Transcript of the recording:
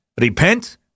Repent